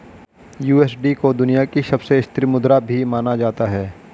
USD को दुनिया की सबसे स्थिर मुद्रा भी माना जाता है